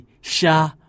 Sha